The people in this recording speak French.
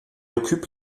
occupe